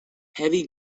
heavy